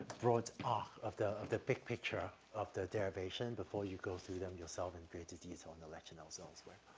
broad arc ah of the of the big picture of their derivation before you go through them yourself in greater detail in the lecture notes elsewhere.